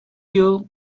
year